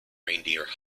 reindeer